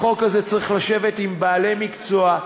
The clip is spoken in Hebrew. בחוק הזה צריך לשבת עם בעלי מקצוע,